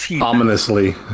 ominously